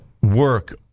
work